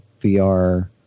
VR